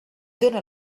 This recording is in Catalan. dóna